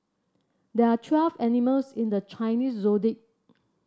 there are twelve animals in the Chinese Zodiac